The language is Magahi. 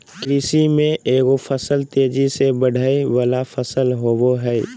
कृषि में एगो फसल तेजी से बढ़य वला फसल होबय हइ